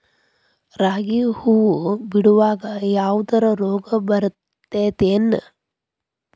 ರಾಗಿ ಹೂವು ಬಿಡುವಾಗ ಯಾವದರ ರೋಗ ಬರತೇತಿ ಏನ್?